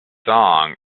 song